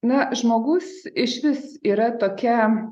na žmogus išvis yra tokia